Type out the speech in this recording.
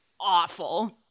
awful